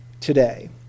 today